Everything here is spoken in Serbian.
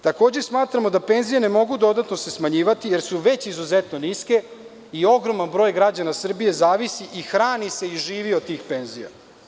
Takođe, smatramo da se penzije ne mogu dodatno smanjivati, jer su već izuzetno niske i ogroman broj građana Srbije zavisi i hrani se i živi od tih penzija.